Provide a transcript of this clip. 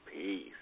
Peace